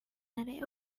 array